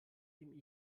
dem